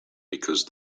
because